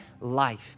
life